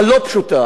המורכבת.